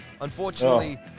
unfortunately